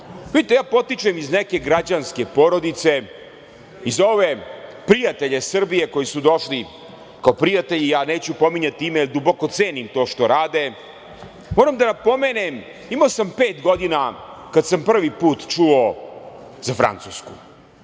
kradu. Vidite ja potičem iz neke građanske porodice i za ove prijatelje Srbije koji su došli, kao prijatelji, ja neću pominjati ime jer duboko cenim to što rade, moram da napomenem, imao sam pet godina kada sam prvi put čuo za Francusku.